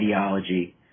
ideology